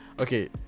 okay